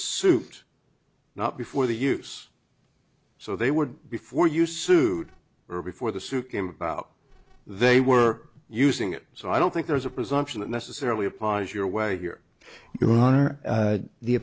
suit not before the use so they were before you sued or before the suit came about they were using it so i don't think there's a presumption that necessarily applies your way here your